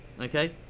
okay